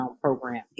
program